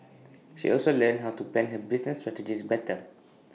she also learned how to plan her business strategies better